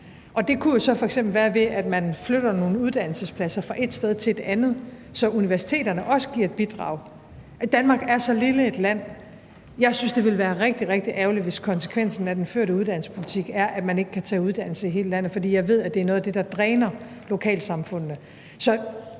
f.eks. være, ved at man flytter nogle uddannelsespladser fra et sted til et andet, så universiteterne også giver et bidrag. Danmark er så lille et land. Jeg synes, det vil være rigtig, rigtig ærgerligt, hvis konsekvensen af den førte uddannelsespolitik er, at man ikke kan tage uddannelse i hele landet, for jeg ved, at det er noget af det, der dræner lokalsamfundene.